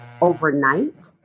overnight